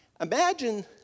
Imagine